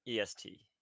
EST